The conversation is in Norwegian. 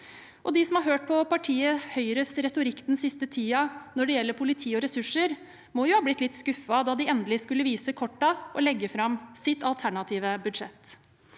De som har hørt på partiet Høyres retorikk den siste tiden når det gjelder politi og ressurser, må jo ha blitt litt skuffet da Høyre endelig skulle vise kortene og legge fram sitt alternative budsjett.